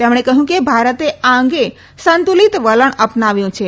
તેમણે કહ્યું કે ભારતે આ અંગે સંતુલીત વલણ અપનાવ્યું છે